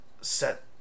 set